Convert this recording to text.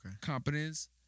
competence